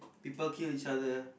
people kill each other